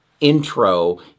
intro